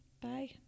Bye